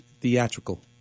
theatrical